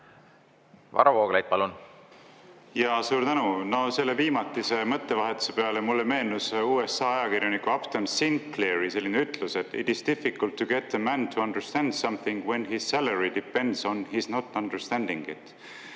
esitada. Suur tänu! No selle viimatise mõttevahetuse peale mulle meenus USA ajakirjaniku Upton Sinclairi selline ütlus: "It is difficult to get a man to understand something when his salary depends on his not understanding it."